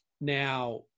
Now